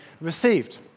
received